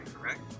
correct